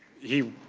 he,